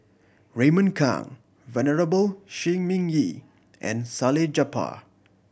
Raymond Kang Venerable Shi Ming Yi and Salleh Japar